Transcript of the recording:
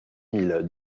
mille